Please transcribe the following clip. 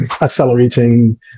accelerating